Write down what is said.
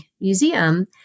museum